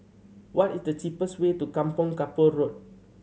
what is the cheapest way to Kampong Kapor Road